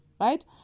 right